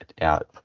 out